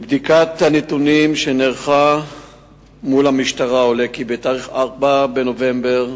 מבדיקת הנתונים שנערכה מול המשטרה עולה כי ב-4 בנובמבר,